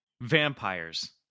vampires